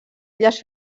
illes